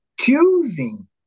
choosing